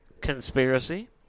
Conspiracy